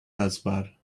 taskbar